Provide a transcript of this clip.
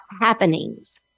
happenings